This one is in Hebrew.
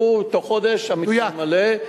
תוך חודש המתקן מלא,